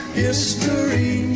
history